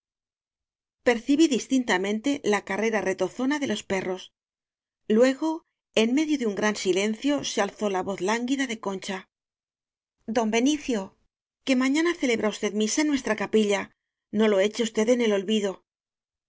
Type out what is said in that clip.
percibí distintamente la carrera retozona de los perros luego en medio de un gran silencio se alzó la voz lánguida de con cha don benicio que mañana celebra usttd misa en nuestra capilla no lo eche usted en olvido